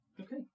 Okay